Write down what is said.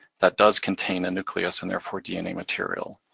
that does contain a nucleus, and therefore dna material.